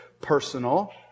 personal